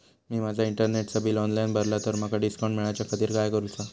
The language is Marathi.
मी माजा इंटरनेटचा बिल ऑनलाइन भरला तर माका डिस्काउंट मिलाच्या खातीर काय करुचा?